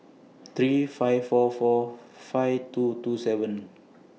three five four four five two two seven